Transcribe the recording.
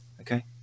Okay